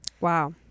Wow